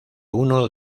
uno